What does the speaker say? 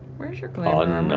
where's your glamor